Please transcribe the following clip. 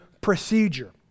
procedure